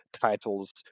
titles